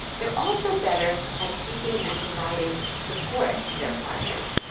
they're also better at seeking and providing support to their partners.